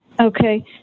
okay